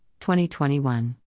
2021